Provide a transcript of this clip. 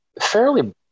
fairly